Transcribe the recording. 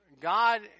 God